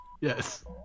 Yes